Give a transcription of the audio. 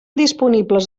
disponibles